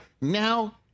now